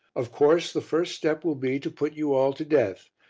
of course, the first step will be to put you all to death.